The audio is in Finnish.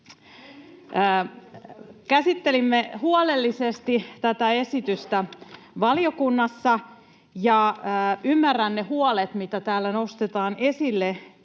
Käsittelimme huolellisesti tätä esitystä valiokunnassa, ja ymmärrän ne huolet, mitä täällä nostetaan esille